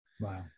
Wow